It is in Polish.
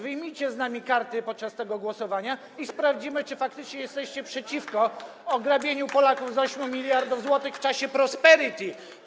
Wyjmijcie z nami karty podczas tego głosowania i sprawdzimy, czy faktycznie jesteście przeciwko ograbianiu Polaków z 8 mld zł w czasie prosperity.